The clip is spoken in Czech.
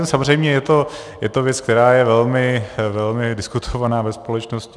Samozřejmě je to věc, která je velmi diskutovaná ve společnosti.